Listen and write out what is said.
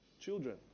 children